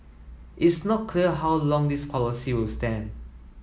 it's not clear how long this policy will stand